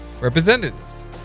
representatives